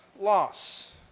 loss